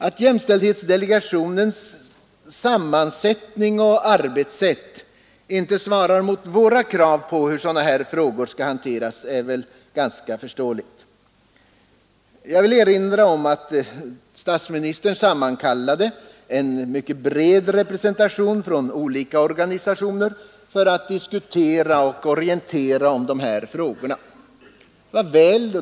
Att jämställdhetsdelegationens sammansättning och arbetssätt inte svarar mot våra krav på hur sådana här frågor skall hanteras är väl ganska förståeligt. Jag vill erinra om att statsministern sammankallade en mycket bred representation för olika organisationer för att diskutera och orientera om de här frågorna.